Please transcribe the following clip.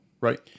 right